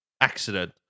Accident